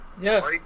Yes